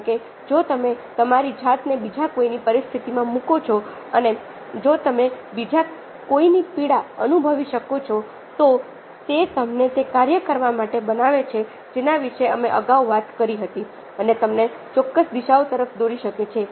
કારણ કે જો તમે તમારી જાતને બીજા કોઈની પરિસ્થિતિમાં મૂકો છો અને જો તમે બીજા કોઈની પીડા અનુભવી શકો છો તો તે તમને તે કાર્ય કરવા માટે બનાવે છે જેના વિશે અમે અગાઉ વાત કરી હતી અને તમને ચોક્કસ દિશાઓ તરફ દોરી શકે છે